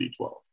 D12